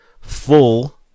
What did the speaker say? full